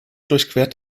durchquert